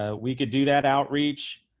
ah we could do that outreach,